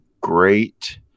great